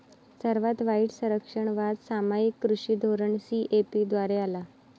सर्वात वाईट संरक्षणवाद सामायिक कृषी धोरण सी.ए.पी द्वारे आला